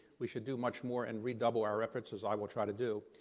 we should do much more and redouble our references, i will try to do.